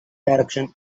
direction